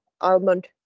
almond